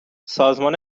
سازمان